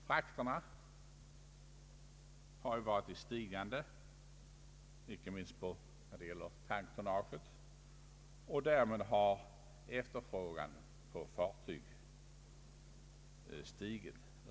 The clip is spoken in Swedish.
Frakterna har varit i stigande, inte minst när den gäller tanktonnaget, och därmed har efterfrågan på fartyg stigit.